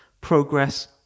progress